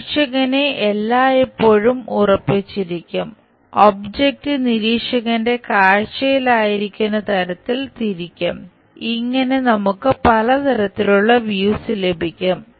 നിരീക്ഷകനെ എല്ലായ്പ്പോഴും ഉറപ്പിച്ചിരിക്കും ഒബ്ജക്റ്റ് നിരീക്ഷകന്റെ കാഴ്ചയിലായിരിക്കുന്ന തരത്തിൽ തിരിക്കും ഇങ്ങനെ നമുക്ക് പല തരത്തിലുള്ള വ്യൂസ് ലഭിക്കും